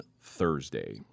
Thursday